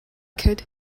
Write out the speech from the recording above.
could